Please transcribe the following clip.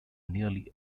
nearly